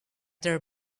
their